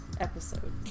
episode